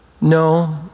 No